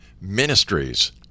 Ministries